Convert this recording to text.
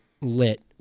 lit